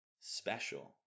special